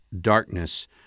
darkness